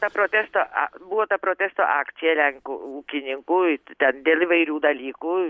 ta protesto a buvo ta protesto akcija lenkų ūkininkų ten dėl įvairių dalykų